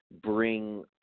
bring –